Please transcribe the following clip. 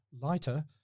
lighter